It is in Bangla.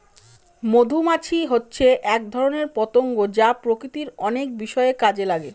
মধুমাছি হচ্ছে এক ধরনের পতঙ্গ যা প্রকৃতির অনেক বিষয়ে কাজে লাগে